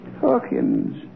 Hawkins